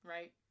Right